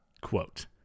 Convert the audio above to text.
Quote